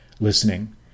listening